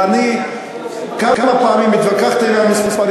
ואני כמה פעמים התווכחתי עם המספרים